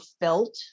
felt